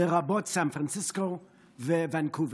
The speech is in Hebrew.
לרבות סן פרנסיסקו וונקובר,